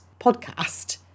podcast